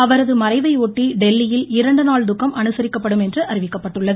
அவரது மறைவை ஒட்டி டெல்லியில் இரண்டு நாள் துக்கம் அனுசரிக்கப்படும் என்று அறிவிக்கப்பட்டுள்ளது